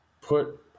put